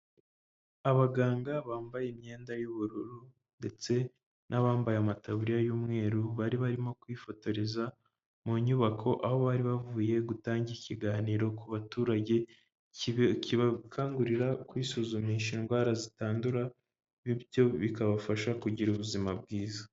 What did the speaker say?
Abaganga bambaye imyenda y'ubururu ndetse n'abambaye amataburiya y'umweru, bari barimo kwifotoreza mu nyubako, aho bari bavuye gutanga ikiganiro ku baturage, kibakangurira kwisuzumisha indwara zitandura bityo bikabafasha kugira ubuzima bwiza.